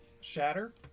Shatter